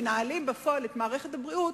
מנהלים בפועל את מערכת הבריאות,